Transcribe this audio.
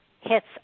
hits